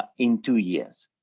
in two years.